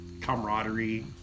camaraderie